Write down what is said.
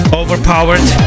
overpowered